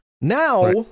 now